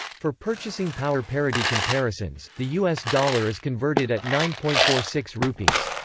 for purchasing power parity comparisons, the us dollar is converted at nine point four six rupees.